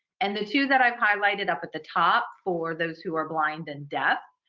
and the two that i've highlighted up at the top for those who are blind and deaf,